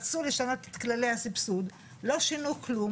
רצו לשנות את כללי הסבסוד, לא שינו כלום.